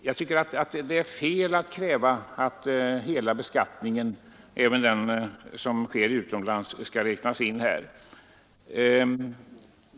Jag tycker det är fel att kräva att hela beskattningen — även den som sker utomlands — skall räknas in här.